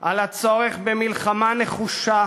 על הצורך במלחמה נחושה